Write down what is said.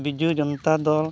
ᱵᱤᱡᱚᱭ ᱡᱚᱱᱚᱛᱟ ᱫᱚᱞ